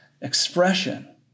expression